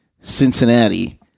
Cincinnati